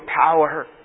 power